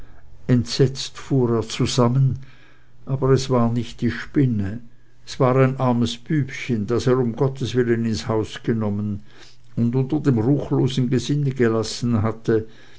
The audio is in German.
entsetzt fuhr er zusammen aber es war nicht die spinne es war ein armes bübchen das er um gottes willen ins haus genommen und unter dem ruchlosen gesinde gelassen hatte